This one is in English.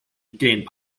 gained